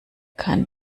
kann